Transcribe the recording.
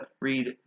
read